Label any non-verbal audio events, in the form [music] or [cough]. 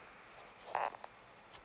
[noise]